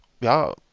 ja